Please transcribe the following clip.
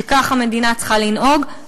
שכך המדינה צריכה לנהוג?